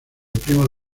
primo